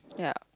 yeah